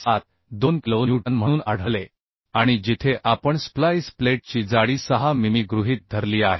72किलो newton म्हणून आढळले आणि जिथे आपण स्प्लाइस प्लेटची जाडी 6 मिमी गृहीत धरली आहे